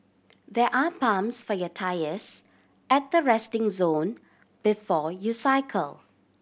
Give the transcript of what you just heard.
there are pumps for your tyres at the resting zone before you cycle